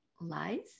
Lies